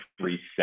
reset